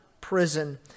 prison